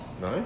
No